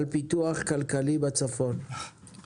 מכון מזון שעומד לקום,